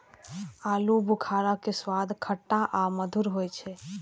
आलू बुखारा के स्वाद खट्टा आ मधुर होइ छै